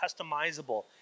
customizable